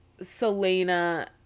Selena